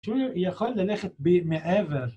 ‫שהוא יכול ללכת במעבר.